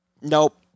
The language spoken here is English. nope